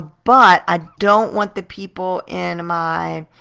but i don't want the people in my,